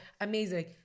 Amazing